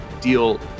deal